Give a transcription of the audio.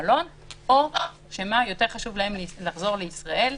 או שיותר חשוב להם לחזור לישראל,